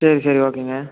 சரி சரி ஓகேங்க